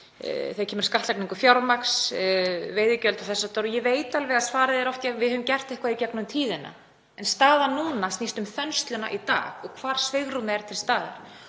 þegar kemur að skattlagningu fjármagns, veiðigjald og þess háttar, og ég veit alveg að svarið er oft: Ja, við höfum gert eitthvað í gegnum tíðina. En staðan núna snýst um þensluna í dag og hvar svigrúm er til staðar